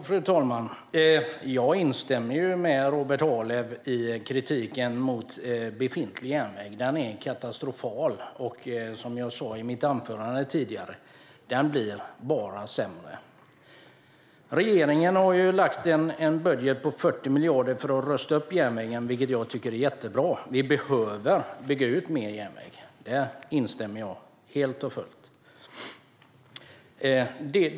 Fru talman! Jag instämmer med Robert Halef i kritiken mot befintlig järnväg. Den är katastrofal, och som jag sa i mitt anförande tidigare blir den bara sämre. Regeringen har lagt en budget på 40 miljarder för att rusta upp järnvägen, vilket jag tycker är jättebra. Vi behöver bygga ut mer järnväg - där instämmer jag helt och fullt.